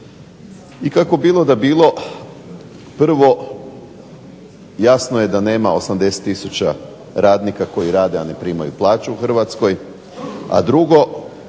I kako bilo da bilo, prvo jasno je da nema 80 tisuća radnika koji rade, a ne primaju plaću u Hrvatskoj, a drugo